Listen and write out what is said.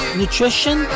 nutrition